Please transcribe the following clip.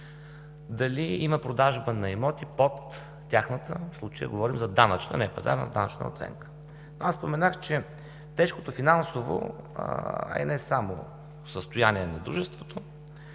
дали има продажба на имоти под тяхната, в случая говорим за данъчна, не пазарна, данъчна оценка? Аз споменах, че тежкото финансово, а и не само състояние на Дружеството